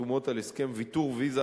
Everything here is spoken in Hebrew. החתומות על הסכם ויתור ויזה,